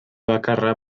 bakarra